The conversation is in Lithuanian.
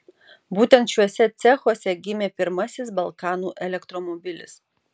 būtent šiuose cechuose gimė pirmasis balkanų elektromobilis